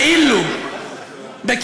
עומדים פה אותם בכאילו-פלסטינים,